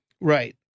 right